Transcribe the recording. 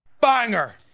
banger